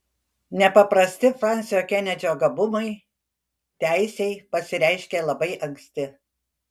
nepaprasti fransio kenedžio gabumai teisei pasireiškė labai anksti